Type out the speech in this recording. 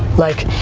like,